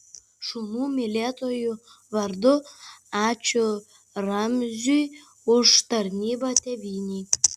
šunų mylėtojų vardu ačiū ramziui už tarnybą tėvynei